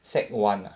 sec one ah